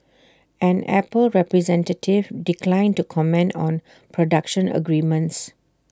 an Apple representative declined to comment on production agreements